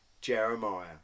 Jeremiah